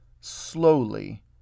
slowly